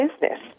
business